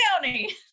County